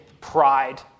pride